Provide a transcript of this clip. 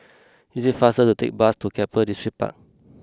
it is faster to take bus to Keppel Distripark